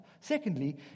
Secondly